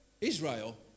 Israel